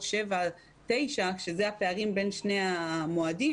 19:00 21:00 שאלו הפערים בין שני המועדים,